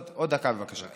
עוד דקה, בבקשה.